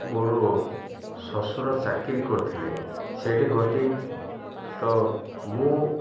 ମୋର ଶ୍ୱଶୁର ଚାକିରି କରୁଥିଲେ ସେଇଠି ଗଲି ତ ମୁଁ